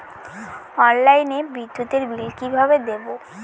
অনলাইনে বিদ্যুতের বিল কিভাবে দেব?